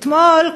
אתמול,